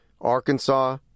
Arkansas